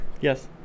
yes